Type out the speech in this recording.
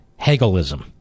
Hegelism